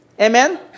Amen